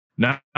Now